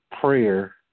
prayer